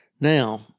Now